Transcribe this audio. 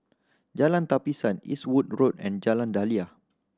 Jalan Tapisan Eastwood Road and Jalan Daliah